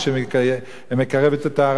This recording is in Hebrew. שמקרבת את הערבים,